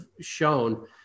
shown